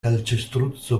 calcestruzzo